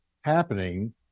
happening